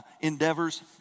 endeavors